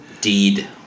deed